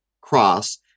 cross